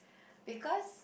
because